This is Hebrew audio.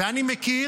ואני מכיר,